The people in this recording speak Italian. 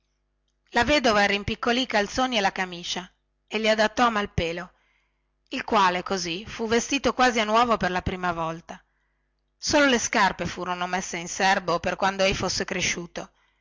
la vedova rimpiccolì i calzoni e la camicia e li adattò a malpelo il quale così fu vestito quasi a nuovo per la prima volta e le scarpe furono messe in serbo per quando ei fosse cresciuto